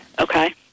okay